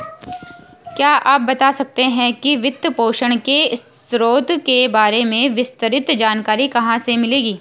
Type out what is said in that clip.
क्या आप बता सकते है कि वित्तपोषण के स्रोतों के बारे में विस्तृत जानकारी कहाँ से मिलेगी?